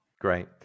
Great